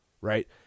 right